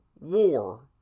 war